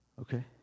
Okay